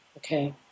Okay